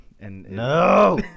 No